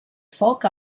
foc